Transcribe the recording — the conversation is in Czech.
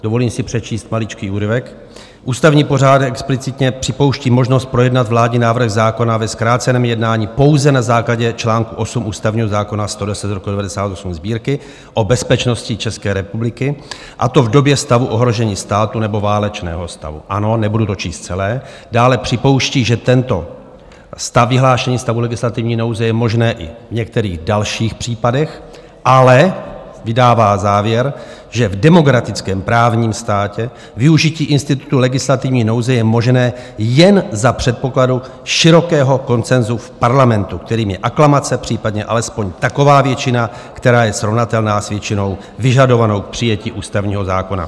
Dovolím si přečíst maličký úryvek: ústavní pořádek explicitně připouští možnost projednat vládní návrh zákona ve zkráceném jednání pouze na základě článku 8 ústavního zákona č. 110/1998 Sb., o bezpečnosti České republiky, a to v době stavu ohrožení státu nebo válečného stavu ano, nebudu to číst celé dále připouští, že tento stav vyhlášení stavu legislativní nouze je možné i v některých dalších případech, ale vydává závěr, že v demokratickém právním státě využití institutu legislativní nouze je možné jen za předpokladu širokého konsenzu v parlamentu, kterým je aklamace, případně alespoň taková většina, která je srovnatelná s většinou vyžadovanou k přijetí ústavního zákona.